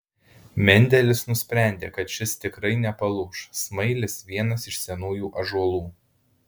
mendelis nusprendė kad šis tikrai nepalūš smailis vienas iš senųjų ąžuolų